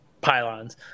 pylons